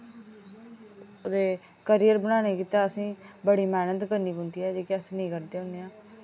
ते करियर बनाने गितै असें बड़ी मेह्नत करनी पौंदी ऐ जेह्की अस निं करदे होने आं